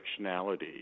directionality